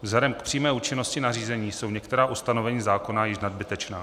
Vzhledem k přímé účinnosti nařízení jsou některá ustanovení zákona již nadbytečná.